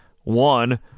One